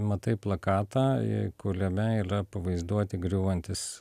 matai plakatą i kuliame ylia pavaizduoti griūvantys